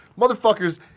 Motherfuckers